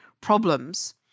problems